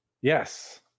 Yes